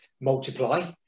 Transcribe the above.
multiply